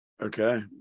Okay